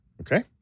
okay